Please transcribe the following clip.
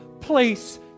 place